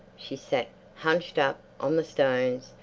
she sat hunched up on the stones,